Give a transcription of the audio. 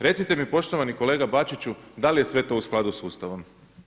Recite mi poštovani kolega Bačiću da li je sve to u skladu sa Ustavom?